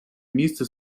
місце